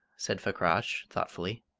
said fakrash, thoughtfully.